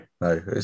no